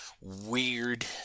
weird